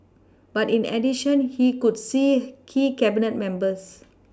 but in addition he would see key Cabinet members